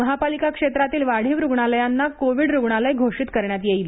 महापालिका क्षेत्रातील वाढीव रुग्णालयांना कोव्हीड रुग्णालय घोषित करण्यात येईल